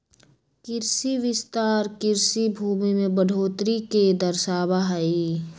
कृषि विस्तार कृषि भूमि में बढ़ोतरी के दर्शावा हई